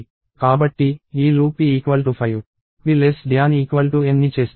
కాబట్టి ఈ loop p5 pN ని చేస్తుంది